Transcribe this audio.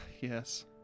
yes